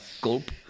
Gulp